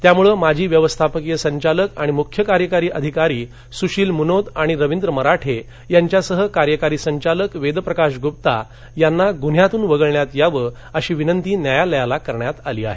त्यामुळे माजी व्यवस्थापकीय संचालक आणि मुख्य कार्यकारी अधिकारी सुशील मुनोत आणि रवींद्र मराठे यांच्यासह कार्यकारी संचालक वेदप्रकाश गुप्ता यांना गुन्ह्यातून वगळण्यात यावं अशी विनंती न्यायालयाला करण्यात आली आहे